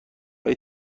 های